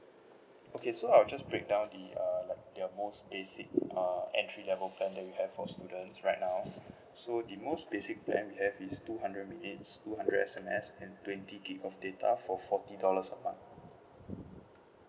okay so I'll just break down the uh like the basic uh entry level plan that we have for student right now so the most basic plan we have is two hundred minutes two hundred S_M_S and twenty gigabyte of data for forty dollars a month